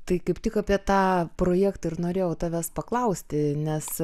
tai kaip tik apie tą projektą ir norėjau tavęs paklausti nes